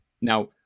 now